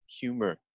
humor